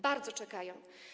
Bardzo czekają.